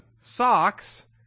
socks